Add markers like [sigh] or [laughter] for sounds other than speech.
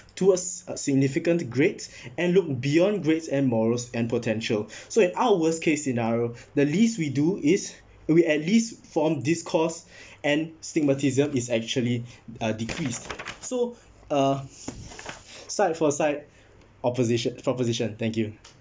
towards a significant grades and look beyond grades and morals and potential [breath] so at our worst case scenario the least we do is we at least form discourse and stigmatism is actually uh decreased so uh side for side opposition proposition thank you